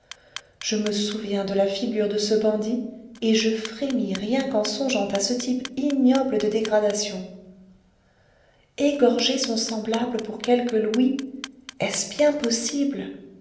je me souviens de la figure de ce bandit et je frémis rien qu'en songeant à ce type ignoble de dégradation égorger son semblable pour quelques louis est-ce bien possible